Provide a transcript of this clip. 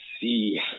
see